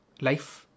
Life